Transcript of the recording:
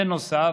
בנוסף,